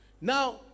Now